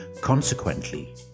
Consequently